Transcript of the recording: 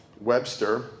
Webster